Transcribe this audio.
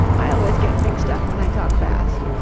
i always get mixed up when i talk fast,